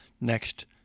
next